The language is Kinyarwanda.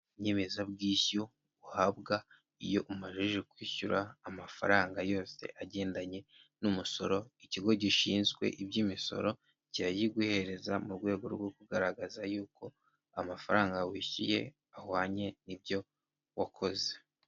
Inyemezabwishyu uhabwa iyo umajije kwishyura amafaranga yose agendanye n'umusoro, ikigo gishinzwe iby'imisoro kirayiguhereza mu rwego rwo kugaragaza y'uko amafaranga wishyuye ahwanye n'ibyo wakoze.